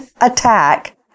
attack